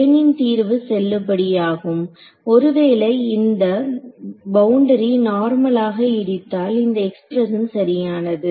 பிளேனின் தீர்வு செல்லுபடியாகும் ஒருவேளை இந்த இந்த பவுண்டரி நார்மலாக இடித்தால் இந்த எக்ஸ்பிரஷன் சரியானது